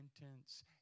repentance